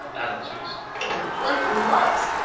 adam tooze like, what?